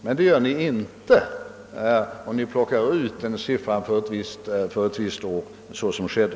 Men det gör ni inte om ni plockar ut en siffra som är 20 år gammal, såsom nyss skedde.